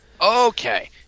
Okay